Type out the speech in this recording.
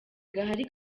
gahari